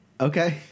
Okay